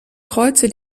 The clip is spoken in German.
kreuze